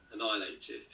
annihilated